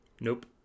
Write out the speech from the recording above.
Nope